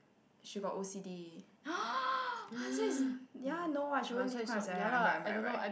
she got O_C_D ya no what she won't leave crumbs eh I am right I am right I'm right